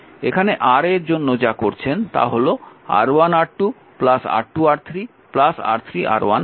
এখানে Ra এর জন্য যা করছেন তা হল R1R2 R2R3 R3R1 এই সাধারণ লবটি নিচ্ছেন